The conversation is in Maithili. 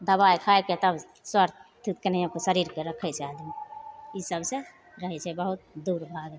दवाइ खाके तब स्वस्थ कोनाहिओके शरीरके रखै छै आदमी ई सबसे रहै छै बहुत दौड़भाग